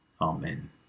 Amen